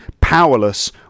powerless